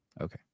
Okay